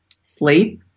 sleep